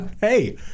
Hey